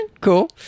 Cool